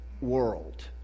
world